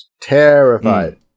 terrified